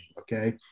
Okay